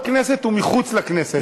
מתוך הכנסת ומחוץ לכנסת.